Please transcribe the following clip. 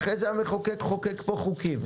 אחרי זה המחוקק חוקק פה חוקים.